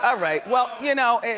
ah right, well, you know, and